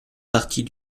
partie